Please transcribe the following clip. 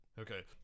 Okay